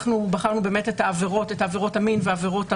אנחנו בחרנו את עבירות המין ואת עבירות הרצח.